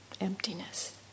emptiness